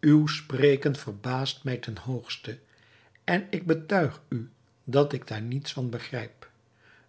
uw spreken verbaast mij ten hoogste en ik betuig u dat ik daar niets van begrijp